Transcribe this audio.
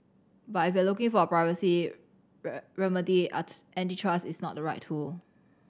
but if you're looking for a privacy antitrust is not the right tool